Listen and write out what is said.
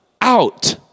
out